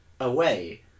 away